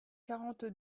quarante